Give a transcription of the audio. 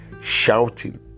shouting